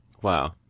wow